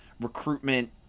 recruitment